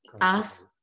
ask